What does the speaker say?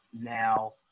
now